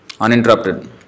uninterrupted